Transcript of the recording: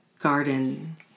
garden